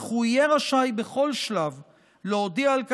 אך הוא יהיה רשאי בכל שלב להודיע שהוא